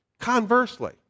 Conversely